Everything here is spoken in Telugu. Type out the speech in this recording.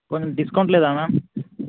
పోనీ డిస్కౌంట్ లేదా మ్యామ్